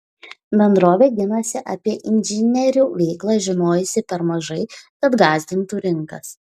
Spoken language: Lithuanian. bendrovė ginasi apie inžinierių veiklą žinojusi per mažai kad gąsdintų rinkas